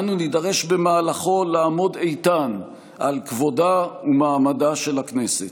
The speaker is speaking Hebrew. אנו נידרש במהלכו לעמוד איתן על כבודה ומעמדה של הכנסת.